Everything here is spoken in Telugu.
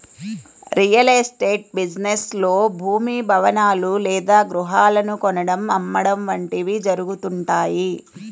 రియల్ ఎస్టేట్ బిజినెస్ లో భూమి, భవనాలు లేదా గృహాలను కొనడం, అమ్మడం వంటివి జరుగుతుంటాయి